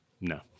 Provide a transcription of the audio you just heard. No